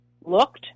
looked